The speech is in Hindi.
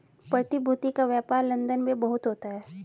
प्रतिभूति का व्यापार लन्दन में बहुत होता है